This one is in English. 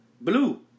Blue